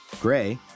Gray